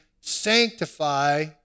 sanctify